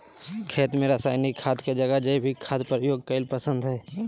खेत में रासायनिक खाद के जगह जैविक खाद प्रयोग कईल पसंद हई